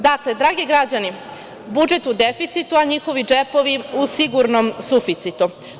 Dakle, dragi građani, budžet u deficitu, a njihovi džepovi u sigurnom suficitu.